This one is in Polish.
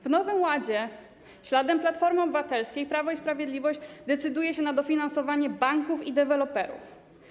W Nowym Ładzie śladem Platformy Obywatelskiej Prawo i Sprawiedliwość decyduje się na dofinansowanie banków i deweloperów.